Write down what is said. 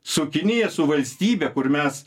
su kinija su valstybe kur mes